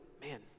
man